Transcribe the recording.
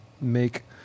make